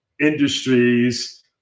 industries